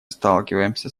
сталкиваемся